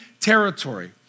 territory